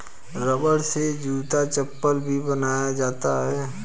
रबड़ से जूता चप्पल भी बनाया जाता है